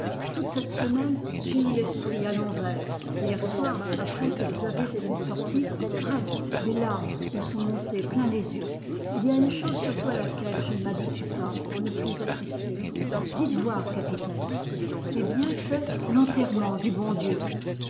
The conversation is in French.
toute cette semaine j'ai eu l'esprit à l'envers et hier soir après que vous avez été sortis vrai des larmes me sont montées plein les yeux il y a une chose surtout à laquelle je ne m'habitue pas à ne plus assister dites voir capitaine eh bien c'est l enterrement du bon dieu